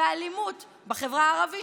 באלימות בחברה הערבית,